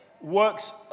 works